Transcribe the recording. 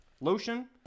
lotion